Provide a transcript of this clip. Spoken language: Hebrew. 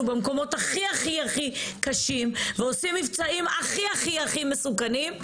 במקומות הכי הכי קשים ועושים מבצעים הכי הכי מסוכנים.